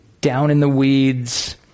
down-in-the-weeds